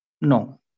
No